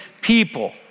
people